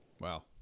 wow